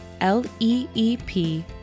l-e-e-p